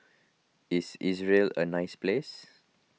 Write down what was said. is Israel a nice place